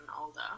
older